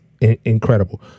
incredible